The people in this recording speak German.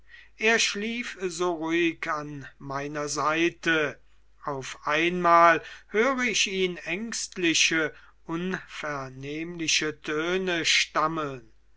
er schlief so ruhig an meiner seite auf einmal höre ich ihn ängstliche unvernehmliche töne stammeln